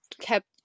kept